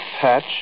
patch